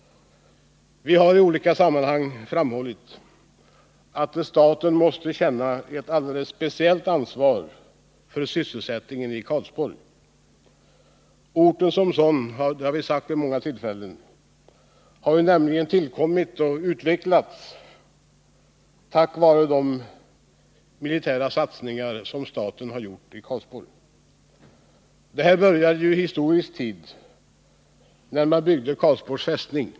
Vi har i olika sammanhang framhållit att staten måste känna ett alldeles speciellt ansvar för sysselsättningen i Karlsborg. Orten som sådan har — och det har vi sagt vid många tillfällen — nämligen tillkommit, och genom åren utvecklats, tack vare de militära satsningar som staten gjorde i Karlsborg. Dessa började i historisk tid genom att man byggde Karlsborgs fästning.